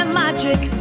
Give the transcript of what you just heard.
magic